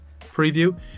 preview